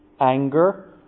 anger